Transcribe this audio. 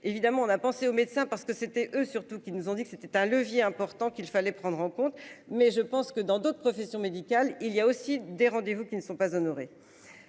évidemment on a pensé au médecin parce que c'était eux, surtout qu'ils nous ont dit que c'était un levier important qu'il fallait prendre en compte, mais je pense que dans d'autres professions médicales, il y a aussi des rendez-vous qui ne sont pas honorés.